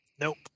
Nope